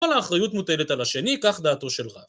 ‫כל האחריות מוטלת על השני, ‫כך דעתו של רב.